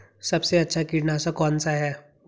सबसे अच्छा कीटनाशक कौन सा है?